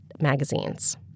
magazines